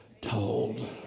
told